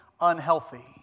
unhealthy